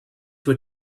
were